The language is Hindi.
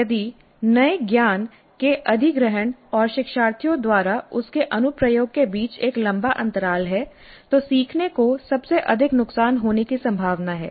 यदि नए ज्ञान के अधिग्रहण और शिक्षार्थियों द्वारा उसके अनुप्रयोग के बीच एक लंबा अंतराल है तो सीखने को सबसे अधिक नुकसान होने की संभावना है